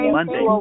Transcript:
Monday